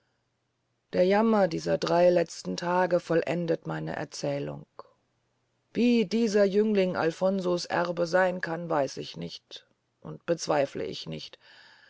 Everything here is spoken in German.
der jammer dieser drey letzten tage vollendet meine erzählung wie dieser jüngling alfonso's erbe seyn kann weiß ich nicht und bezweifle ich nicht